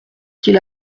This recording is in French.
qu’il